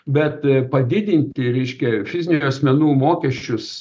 bet padidinti reiškia fizinių asmenų mokesčius